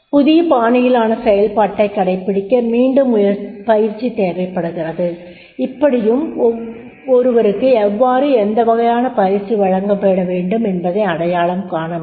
புதிய பாணியிலான செயல்பாட்டைக் கடைப்பிடிக்க மீண்டும் பயிற்சி தேவை உள்ளது இப்படியும் ஒருவருக்கு எவ்வாறு எந்த வகையான பயிற்சி வழங்கப்பட வேண்டும் என்பதை அடையாளம் காண முடியும்